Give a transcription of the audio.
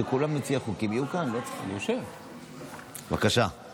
מתן סמכות פיקוח לרשות לאיסור הלבנת